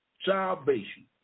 salvation